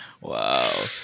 Wow